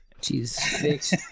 Jesus